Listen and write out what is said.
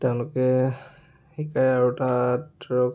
তেওঁলোকে শিকায় আৰু তাত ধৰক